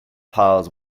piles